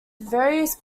various